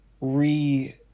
re